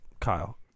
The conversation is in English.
Kyle